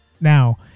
Now